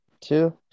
Two